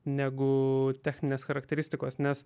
negu techninės charakteristikos nes